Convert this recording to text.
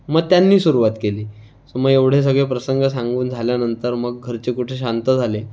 मग त्यांनी सुरवात केली सो मग एवढे सगळे प्रसंग सांगून झाल्यानंतर मग घरचे कुठे शांत झाले